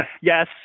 Yes